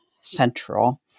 central